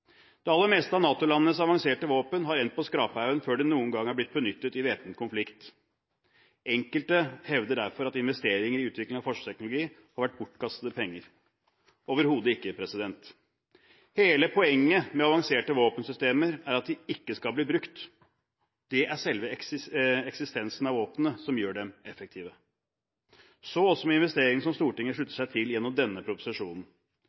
Det aller meste av NATO-landenes avanserte våpen har endt på skraphaugen før det noen gang har blitt benyttet i væpnet konflikt. Enkelte hevder derfor at investeringer i utvikling av forsvarsteknologi har vært bortkastede penger. Overhodet ikke – hele poenget med avanserte våpensystemer er at de ikke skal bli brukt. Det er selve eksistensen av våpnene som gjør dem effektive, så også med investeringer som Stortinget slutter seg til gjennom denne proposisjonen.